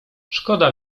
szkoda